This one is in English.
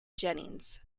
jennings